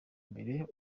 imbere